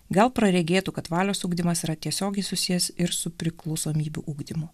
gal praregėtų kad valios ugdymas yra tiesiogiai susijęs ir su priklausomybių ugdymu